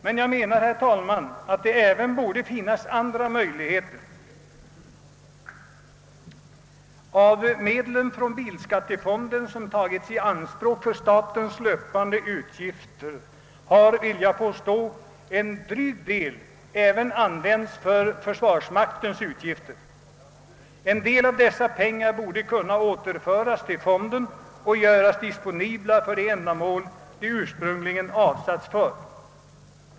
Men jag menar, herr talman, att det även borde finnas andra möjligheter. Av de medel från automobilskattefonden, som tagits i anspråk för statens löpande utgifter har, vill jag påstå, en dryg del även använts för för svarsmaktens utgifter. En del av dessa pengar borde kunna återföras till fonden och göras disponibla för det ändamål de ursprungligen avsatts för.